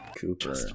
Cooper